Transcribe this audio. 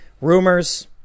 Rumors